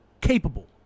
capable